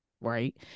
Right